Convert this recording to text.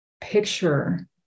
picture